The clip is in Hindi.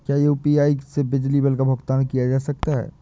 क्या यू.पी.आई से बिजली बिल का भुगतान किया जा सकता है?